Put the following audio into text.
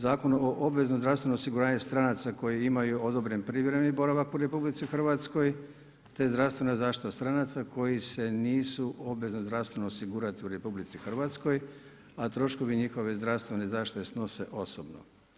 Zakon o obveznom zdravstvenom osiguranju stranaca koji imaju odobreni privremeni boravak u RH te zdravstvena zaštita stranaca koji se nisu obvezno zdravstveno osigurali u RH, a troškovi njihove zdravstvene zaštite snose osobno.